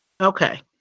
Okay